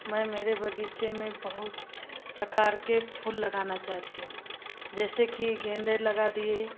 मैं मेरे बगीचे में बहुत प्रकार के फूल लगाना चाहती हूँ जैसे की गेंदे लगा दिए